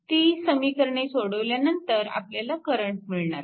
ती समीकरणे सोडविल्यावर आपल्याला करंट मिळणार आहेत